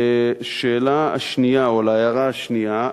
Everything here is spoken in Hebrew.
להערה השנייה,